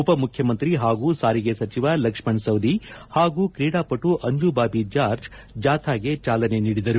ಉಪ ಮುಖ್ಯಮಂತ್ರಿ ಹಾಗೂ ಸಾರಿಗೆ ಸಚಿವ ಲಕ್ಷ್ಮಣ್ ಸವದಿ ಹಾಗೂ ಕ್ರೀಡಾಪಟು ಅಂಜುಬಾಬಿ ಜಾರ್ಜ್ ಜಾಥಾಗೆ ಚಾಲನೆ ನೀಡಿದರು